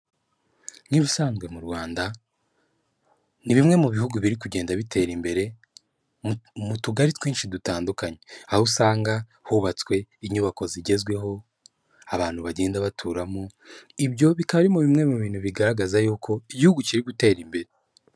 Nk'ibisanzwe mu Rwanda ni bimwe mu bihugu biri kugenda bitera imbere mu tugari twinshi dutandukanye, aho usanga hubatswe inyubako zigezweho abantu bagenda baturamo, ibyo bikaba ari bimwe mu bintu bigaragaza yuko igihugu kiri gutera imbere.